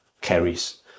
carries